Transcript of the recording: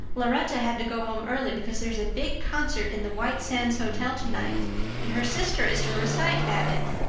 lauretta had to go home early because there is a big concert in the white sands hotel tonight and her sister is to recite at it.